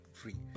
free